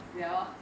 they all